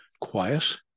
quiet